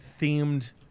themed